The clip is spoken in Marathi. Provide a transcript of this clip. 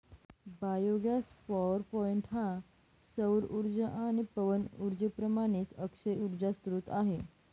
बायोगॅस पॉवरपॉईंट हा सौर उर्जा आणि पवन उर्जेप्रमाणेच अक्षय उर्जा स्त्रोत आहे